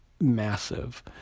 massive